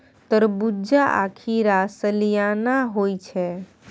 तरबूज्जा आ खीरा सलियाना होइ छै